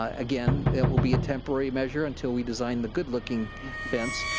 ah again, it will be a temporary measure until we design the good-looking fence,